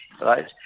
right